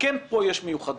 וכן יש פה דבר מיוחד